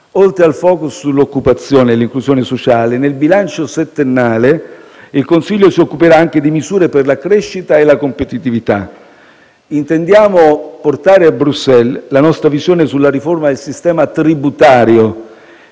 Oltre al *focus* sull'occupazione e l'inclusione sociale nel bilancio settennale, il Consiglio si occuperà anche di misure per la crescita e la competitività. Intendiamo portare a Bruxelles la nostra visione sulla riforma del sistema tributario,